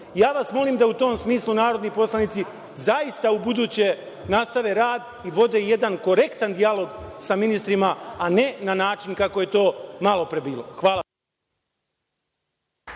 vas molim da u tom smislu narodni poslanici zaista ubuduće nastave rad i vode jedan korektan dijalog sa ministrima, a ne na način kako je to malopre bilo. Hvala.